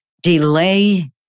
delay